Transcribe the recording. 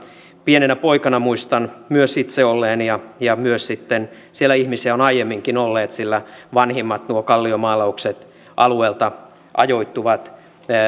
pienenä poikana muistan myös itse olleeni ja siellä myös on ihmisiä aiemminkin ollut sillä nuo vanhimmat kalliomaalaukset alueelta ajoittuvat